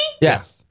Yes